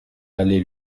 allée